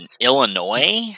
Illinois